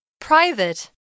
Private